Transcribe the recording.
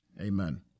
Amen